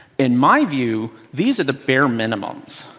in my view, these are the bare minimums.